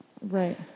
Right